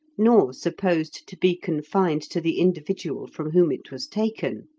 nor supposed to be confined to the individual from whom it was taken.